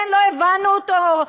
כן, לא הבנו אותו.